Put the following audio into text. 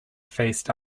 faced